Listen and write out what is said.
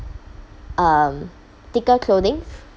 um thicker clothings